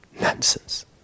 Nonsense